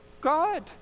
God